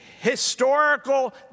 historical